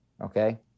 okay